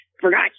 forgot